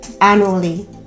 annually